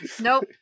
Nope